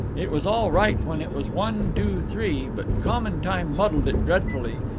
it was all right when it was one, two, three, but common time muddled it dreadfully,